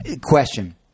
question